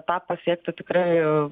tą pasiekti tikrai